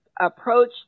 Approach